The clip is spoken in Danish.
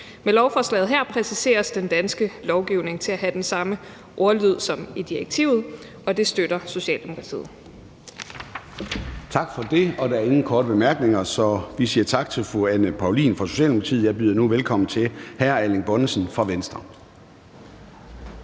Med lovforslaget her præciseres den danske lovgivning til at have den samme ordlyd som direktivet, og det støtter Socialdemokratiet. Kl. 13:04 Formanden (Søren Gade): Tak for det. Der er ingen korte bemærkninger, så vi siger tak til fru Anne Paulin fra Socialdemokratiet. Jeg byder nu velkommen til hr. Erling Bonnesen fra Venstre.